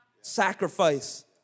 Sacrifice